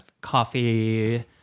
Coffee